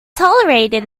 tolerated